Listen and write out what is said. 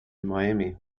miami